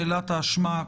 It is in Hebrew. נשאלה שאלת האשמה.